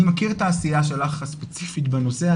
אני מכיר את העשייה שלך הספציפית בנושא,